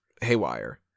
haywire